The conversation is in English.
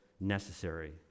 necessary